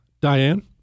Diane